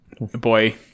boy